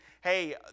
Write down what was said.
hey